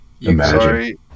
Imagine